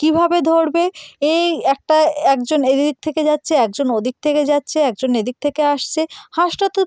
কীভাবে ধরবে এই একটা একজন এদিক থেকে যাচ্ছে একজন ওদিক থেকে যাচ্ছে একজন এদিক থেকে আসছে হাঁসটা তো